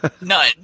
None